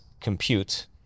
compute